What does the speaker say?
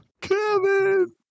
Kevin